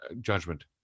judgment